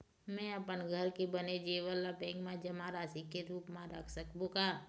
म अपन घर के बने जेवर ला बैंक म जमा राशि के रूप म रख सकबो का?